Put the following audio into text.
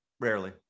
Rarely